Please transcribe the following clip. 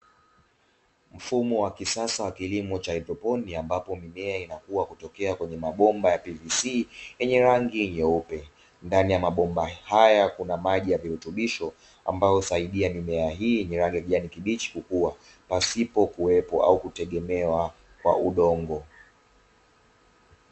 Mfumo wa kisasa kilimo cha haidroponia ambapo mimea inakuwa kutokea kwenye mabomba ya PVC yenye rangi nyeupe, ndani ya mabomba haya kuna maji ya virutubisho ambayo husaidia mimea hii yenye rale ya virutubisho kukua pasipo kuwepo au kutegemea udongo."